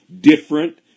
different